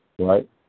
right